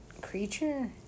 creature